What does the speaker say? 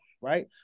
right